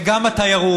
זה גם התיירות,